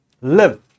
live